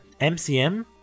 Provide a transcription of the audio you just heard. MCM